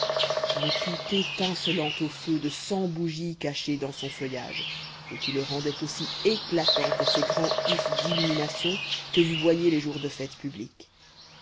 le tout étincelant au feu de cent bougies cachées dans son feuillage et qui le rendaient aussi éclatant que ces grands ifs d'illuminations que vous voyez les jours de fêtes publiques